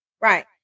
right